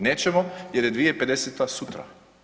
Nećemo jer je 2050. sutra.